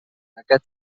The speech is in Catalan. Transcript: aquest